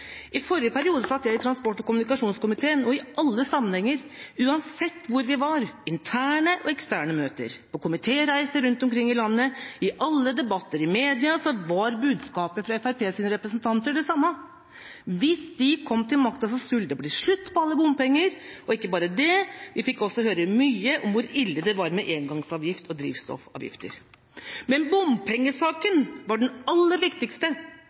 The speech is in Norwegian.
I forrige periode satt jeg i transport- og kommunikasjonskomiteen, og i alle sammenhenger, uansett hvor vi var, i interne og eksterne møter, på komitéreiser rundt omkring i landet, i alle debatter i media, var budskapet fra Fremskrittspartiets representanter det samme: Hvis de kom til makta, skulle det bli slutt på alle bompenger. Og ikke bare det, vi fikk også høre mye om hvor ille det var med engangsavgift og drivstoffavgifter. Men bompengesaken var den aller viktigste